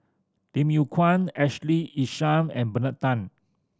Lim Yew Kuan Ashley Isham and Bernard Tan